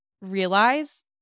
realize